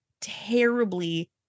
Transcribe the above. terribly